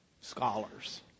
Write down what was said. scholars